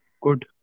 Good